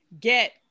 get